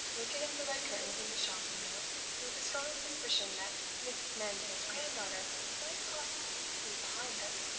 looking at the red curtains in the shop window with a strong suspicion that mrs. mandeville's granddaughter might possibly be behind them.